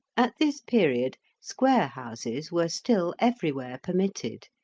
at this period, square houses were still everywhere permitted,